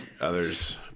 Others